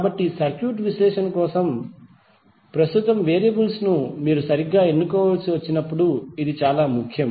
కాబట్టి సర్క్యూట్ విశ్లేషణ కోసం ప్రస్తుత వేరియబుల్స్ ను మీరు సరిగ్గా ఎన్నుకోవలసి వచ్చినప్పుడు ఇది చాలా ముఖ్యం